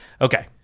Okay